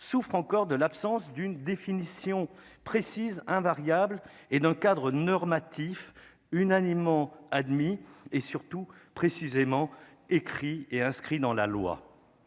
souffre encore de l'absence d'une définition précise invariable et d'un cadre normatif unanimement admis et surtout précisément écrit et inscrit dans la loi